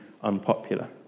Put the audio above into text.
unpopular